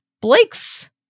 Blake's